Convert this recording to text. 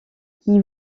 qui